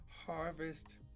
harvest